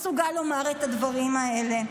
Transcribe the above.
מסוגל לומר את הדברים האלה.